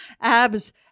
abs